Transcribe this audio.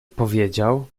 powiedział